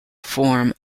form